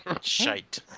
Shite